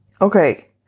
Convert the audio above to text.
Okay